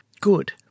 good